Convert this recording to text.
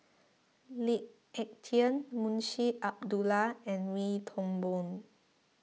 Lee Ek Tieng Munshi Abdullah and Wee Toon Boon